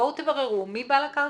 בואו תבררו מי בעל הקרקע,